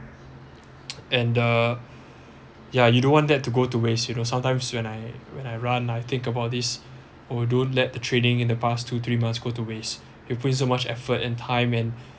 and theyeah you don't want that to go to waste you know sometimes when I when I run I think about this don't let the training in the past two three months go to waste you put in so much effort and time and